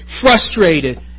frustrated